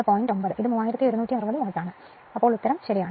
9 ഇത് 3160 വാട്ട് ആണ് അതിനാൽ ഉത്തരം ശരിയാണ്